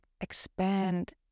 expand